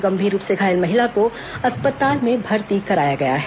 गंभीर रूप से घायल महिला को अस्पताल में भर्ती कराया गया है